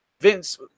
Vince